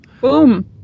boom